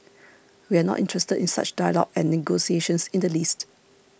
we are not interested in such dialogue and negotiations in the least